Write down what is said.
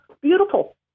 beautiful